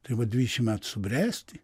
tai vat dvidešimt metų subręsti